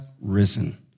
risen